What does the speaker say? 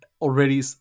already